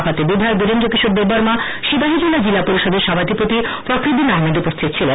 সভাতে বিধায়ক বীরেন্দ্র কিশোর দেববর্মা সিপাহীজলা জিলা পরিষদের সভাধিপতি ফখরউদ্দীন আহমেদ উপস্থিত ছিলেন